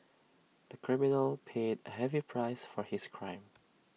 the criminal paid A heavy price for his crime